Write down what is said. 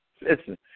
listen